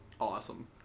Awesome